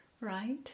Right